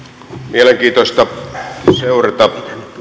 mielenkiintoista seurata